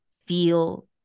feel